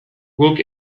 guk